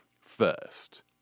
first